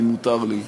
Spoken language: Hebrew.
אם מותר לי.